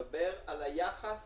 אני מדבר על היחס